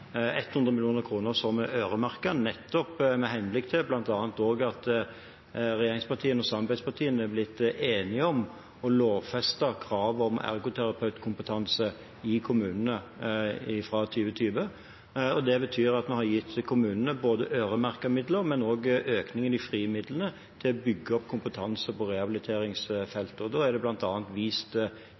100 mill. kr er øremerket – nettopp med henblikk på at regjeringspartiene og samarbeidspartiene er blitt enige om bl.a. å lovfeste kravet om ergoterapeutkompetanse i kommunene fra 2020. Det betyr at vi har gitt kommunene både øremerkede midler og økning i de frie midlene til å bygge opp kompetanse på rehabiliteringsfeltet. Da er det bl.a. vist